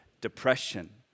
Depression